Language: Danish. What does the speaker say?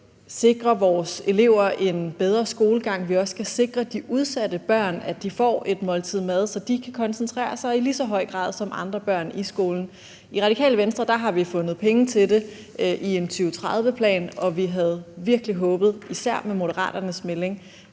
sikre vores elever en bedre skolegang, og at vi også skal sikre, at de udsatte børn får et måltid mad, så de kan koncentrere sig i lige så høj grad som andre børn på skolen? I Radikale har vi fundet penge til det i en 2030-plan, og vi havde virkelig håbet – især med Moderaternes melding